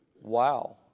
Wow